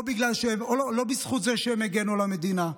לא בזכות זה שהם הגנו על המדינה.